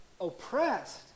oppressed